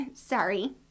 Sorry